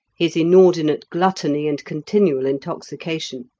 his inordinate gluttony and continual intoxication,